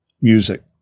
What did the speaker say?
music